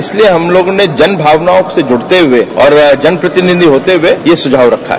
इसलिए हम लोगों ने जन भावनाओं से जुड़ते हुए और जनप्रतिनिधि होते हुए यह सुझाव रखा है